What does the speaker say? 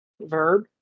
Verb